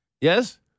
Yes